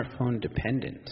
smartphone-dependent